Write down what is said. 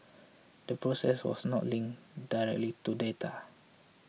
the process was not linked directly to data